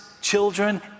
children